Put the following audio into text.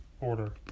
Order